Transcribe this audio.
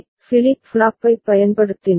flip ஃப்ளாப்பைப் பயன்படுத்தினோம்